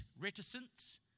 reticence